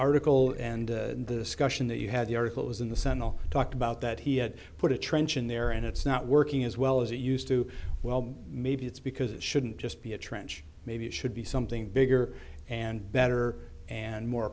article and the scutcheon that you had the articles in the sand all talked about that he had put a trench in there and it's not working as well as it used to well maybe it's because it shouldn't just be a trench maybe it should be something bigger and better and more